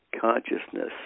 consciousness